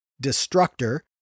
Destructor